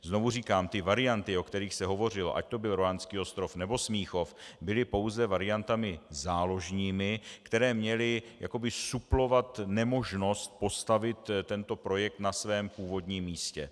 Znovu říkám, že varianty, o kterých se hovořilo, ať to byl Rohanský ostrov, nebo Smíchov, byly pouze variantami záložními, které měly jakoby suplovat nemožnost postavit tento projekt na původním místě.